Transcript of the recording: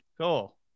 cool